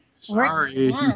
Sorry